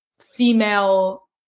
female